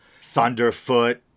Thunderfoot